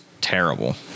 terrible